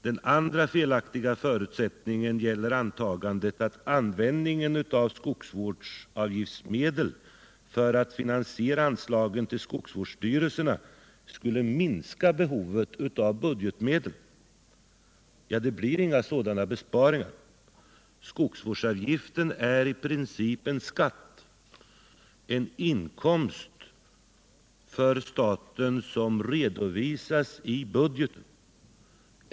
Den andra felaktiga förutsättningen gäller antagandet att användningen av skogsvårdsavgiftsmedel för att finansiera anslagen till skogsvårdsstyrelserna skulle minska behovet av budgetmedel. Det blir inga sådana besparingar. Skogsvårdsavgiften är i princip en skatt, en inkomst för staten som redovisas i budgeten.